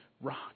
rock